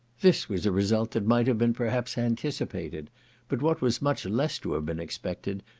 this was a result that might have been perhaps anticipated but what was much less to have been expected,